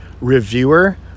reviewer